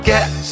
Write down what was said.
Get